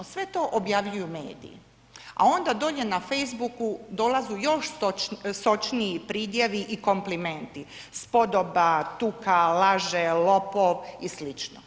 Sve to objavljuju mediji, a onda dolje na Facebook-u dolaze još sočniji pridjevi i komplimenti, spodoba, tuka, laže, lopov i slično.